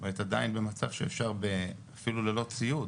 זאת אומרת עדיין זה מצב שאפשר אפילו ללא ציוד,